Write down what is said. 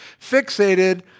fixated